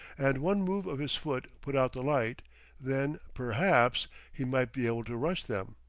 and one move of his foot put out the light then perhaps he might be able to rush them.